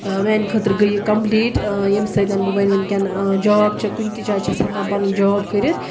میٛانہٕ خٲطرٕ گٔے یہِ کمپٕلیٖٹ ییٚمہِ سۭتۍ بہٕ وۄنۍ وٕنۍکٮ۪ن جاب چھِ کُنہِ تہِ جایہِ چھَس ہٮ۪کان پنٕنۍ جاب کٔرِتھ